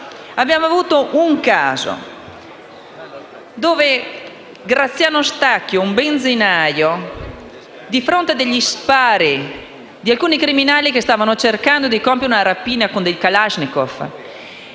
riferisco al caso di Graziano Stacchio, benzinaio, che di fronte agli spari di alcuni criminali, che stavano cercando di compiere una rapina con dei *kalašhnikov*,